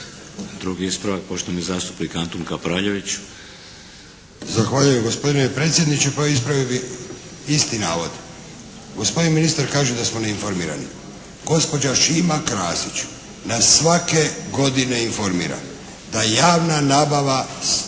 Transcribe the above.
Drugi ispravak poštovani zastupnik Antun Kapraljević. **Kapraljević, Antun (HNS)** Zahvaljujem gospodine predsjedniče. Pa, ispravio bi isti navod. Gospodin ministar kaže da smo neinformirani. Gospođa Šima Krasić nas svake godine informira da javna nabava lijekova